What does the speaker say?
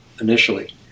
initially